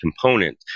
component